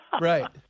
right